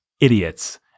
idiots